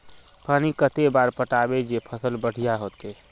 पानी कते बार पटाबे जे फसल बढ़िया होते?